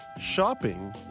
shopping